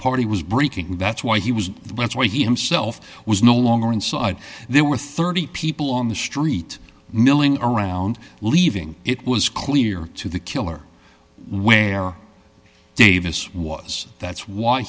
party was breaking and that's why he was why he himself was no longer inside there were thirty people on the street milling around leaving it was clear to the killer where davis was that's why